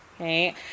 Okay